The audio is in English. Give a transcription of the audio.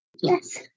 Yes